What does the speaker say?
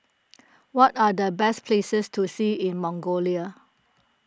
what are the best places to see in Mongolia